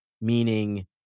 Meaning